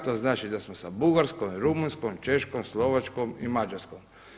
To znači da smo sa Bugarskom, Rumunjskom, Češkom, Slovačkom i Mađarskom.